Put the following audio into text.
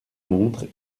montre